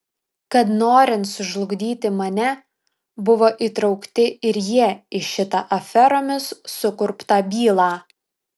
kad norint sužlugdyti mane buvo įtraukti ir jie į šitą aferomis sukurptą bylą